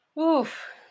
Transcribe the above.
Oof